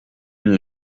une